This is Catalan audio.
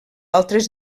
altres